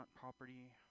property